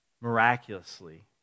miraculously